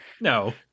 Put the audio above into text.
No